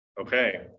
Okay